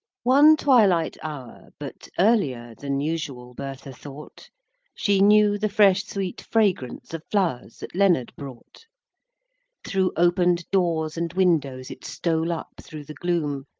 one twilight hour, but earlier than usual, bertha thought she knew the fresh sweet fragrance of flowers that leonard brought through open'd doors and windows it stole up through the gloom,